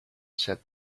said